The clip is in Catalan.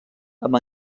amb